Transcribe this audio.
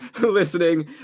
listening